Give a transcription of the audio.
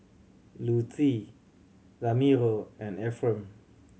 Lutie Ramiro and Efrem